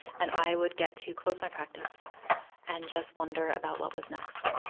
and i would get to close my practice and just wonder about what was next.